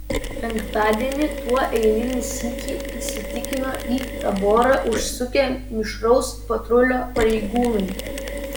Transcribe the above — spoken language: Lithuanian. penktadienį tuo eilinį sykį įsitikino į taborą užsukę mišraus patrulio pareigūnai